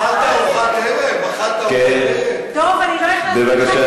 אני מבקש.